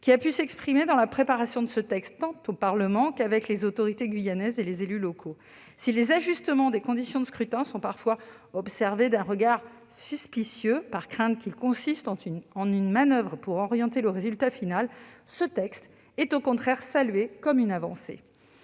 qui a pu s'exprimer dans la préparation de ce texte, tant au Parlement qu'avec les autorités guyanaises et les élus locaux. Si les ajustements des conditions de scrutin sont parfois observés d'un regard suspicieux, par crainte qu'ils consistent en une manoeuvre pour orienter le résultat final, ce texte est au contraire salué comme une avancée.,